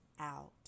out